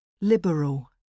Liberal